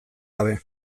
gabe